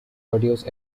produce